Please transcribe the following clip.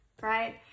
right